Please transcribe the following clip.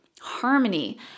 Harmony